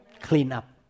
clean-up